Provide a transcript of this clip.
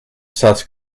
such